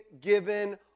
given